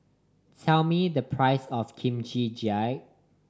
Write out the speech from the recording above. tell me the price of Kimchi Jjigae